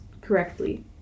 correctly